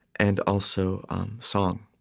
and also song.